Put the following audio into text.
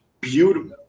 beautiful